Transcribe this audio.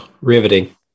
Riveting